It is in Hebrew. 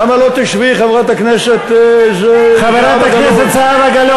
למה לא תשבי, חברת הכנסת זהבה גלאון?